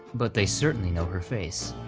but they certainly know her face,